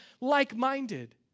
like-minded